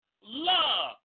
love